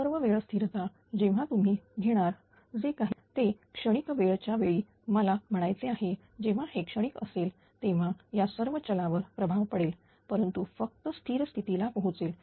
सर्व वेळ स्थिरता जेव्हा तुम्ही घेणार जे काही ते क्षणिक वेळ च्या वेळी मला म्हणायचे आहे जेव्हा हे क्षणिक असेल तेव्हा या सर्व चला वर प्रभाव पडेल परंतु फक्त स्थिर स्थितीला पोहोचेल